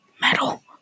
metal